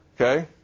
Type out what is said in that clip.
Okay